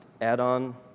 add-on